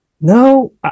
No